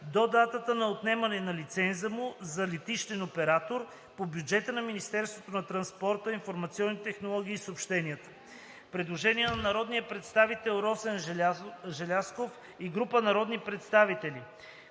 до датата на отнемане на лиценза му за летищен оператор, по бюджета на Министерството на транспорта, информационните технологии и съобщенията“.“ Предложение на народния представител Росен Желязков и група народни представители.